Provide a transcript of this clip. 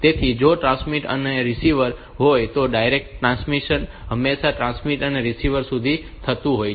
તેથી જો આ ટ્રાન્સમીટર હોય અને આ રીસીવર હોય તો ડાયરેક્શનલ ટ્રાન્સમિશન હંમેશા ટ્રાન્સમીટર થી રીસીવર સુધી થતું હોય છે